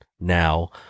now